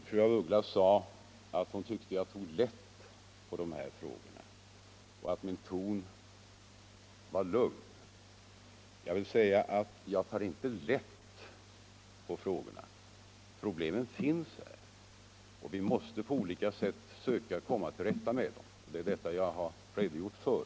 Fru af Ugglas tyckte att jag tog lätt på de här frågorna och att min ton var lugn. Jag vill framhålla att jag inte tar lätt på frågorna. Problemen finns och vi måste på olika sätt söka komma till rätta med dem. Det är detta jag har redogjort för.